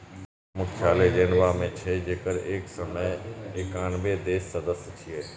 विपो के मुख्यालय जेनेवा मे छै, जेकर एक सय एकानबे देश सदस्य छियै